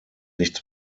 nichts